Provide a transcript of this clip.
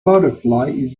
butterfly